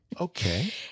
Okay